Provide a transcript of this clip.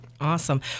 awesome